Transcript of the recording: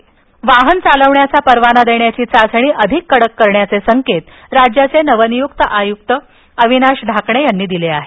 वाहन परवाना वाहन चालवण्याचा परवाना देण्याची चाचणी अधिक कडक करण्याचे संकेत राज्याचे नवनियुक्त वाहतूक आयुक्त अविनाश ढाकणे यांनी दिले आहेत